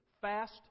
Fast